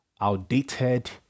outdated